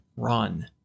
Run